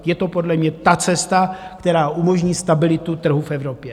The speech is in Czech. Je to podle mě ta cesta, která umožní stabilitu trhu v Evropě.